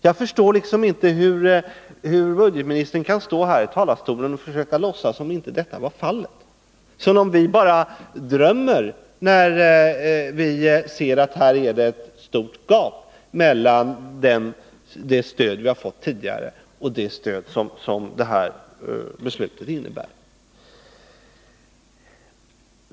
Jag förstår inte hur budgetministern kan stå här i talarstolen och försöka låtsas som om inte detta var fallet, som om vi bara drömmer när vi ser att det här är ett stort gap mellan det stöd vi har fått tidigare och det stöd som det här beslutet innebär.